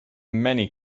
many